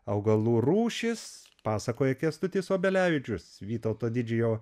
augalų rūšis pasakoja kęstutis obelevičius vytauto didžiojo